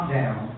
down